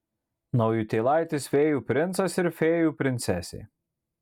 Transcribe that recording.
naujutėlaitis fėjų princas ir fėjų princesė